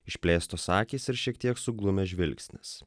išplėstos akys ir šiek tiek suglumęs žvilgsnis